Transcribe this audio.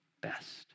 best